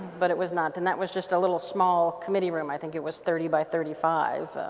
but it was not and that was just a little small commitee room, i think it was thirty by thirty five